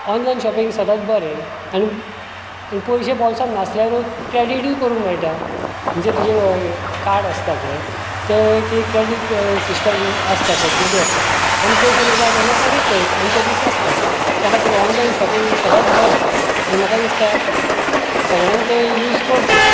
online shopping सदांच बरें आनी आनी पयशे बॉल्सांत नासल्यारूय क्रॅडीट करुंक मेळटा जे तुजें कार्ड आसता पळय ते थंय क्रॅडीट सिस्टम फॅसीलिटी आसता आनी पयशे मागीर जाय तेन्ना फारीक कर अमके दिस आसता ते खातीर ऑनलायन शॉपींग हे सदांच बरें आनी म्हाका दिसता सगळ्यांक ते यूज करचें